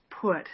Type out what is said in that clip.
put